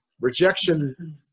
rejection